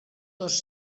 dos